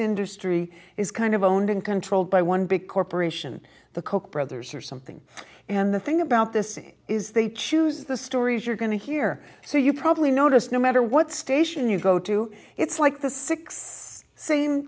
industry is kind of owned and controlled by one big corporation the koch brothers or something and the thing about this is they choose the stories you're going to hear so you probably noticed no matter what station you go to it's like the six same